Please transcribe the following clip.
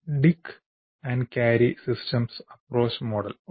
ഡിക്ക് Carey systems approach model ഉണ്ട്